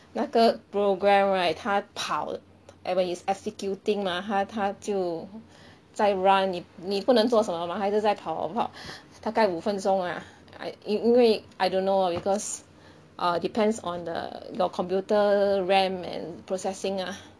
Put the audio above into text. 那个 program right 它跑 and when it is executing mah 它它就在 run 你你不能做什么嘛它一直在跑跑跑 大概五分钟啊 I 因为 I don't know because err depends on the your computer RAM and processing ah